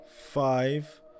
five